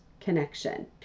connection